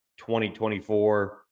2024